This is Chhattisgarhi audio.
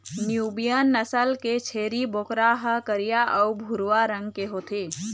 न्यूबियन नसल के छेरी बोकरा ह करिया अउ भूरवा रंग के होथे